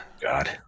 God